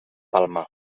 palma